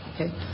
Okay